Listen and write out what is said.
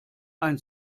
ein